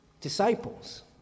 disciples